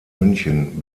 münchen